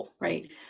right